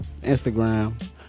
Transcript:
Instagram